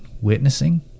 witnessing